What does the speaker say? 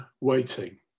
waiting